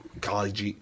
college